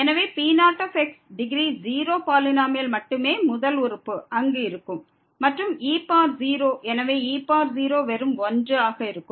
எனவே P0 degree 0 பாலினோமியலின் முதல் உறுப்பு மட்டுமே அங்கு இருக்கும் மற்றும் e0 எனவே e0 வெறும் 1 ஆக இருக்கும்